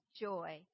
joy